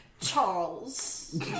Charles